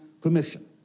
permission